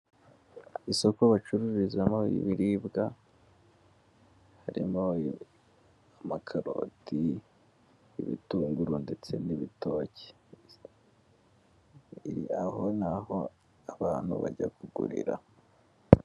Isoko bacururizamo ibiribwa harimo amakaroti, ibitunguru ndetse n'ibitoki. Aho ni aho abantu bajya kugurira.